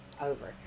over